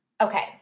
okay